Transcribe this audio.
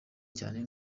cyane